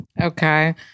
Okay